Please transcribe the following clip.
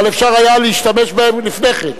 אבל אפשר היה להשתמש בהן לפני כן.